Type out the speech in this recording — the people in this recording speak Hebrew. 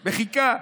מחיקה.